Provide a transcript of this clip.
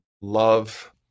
love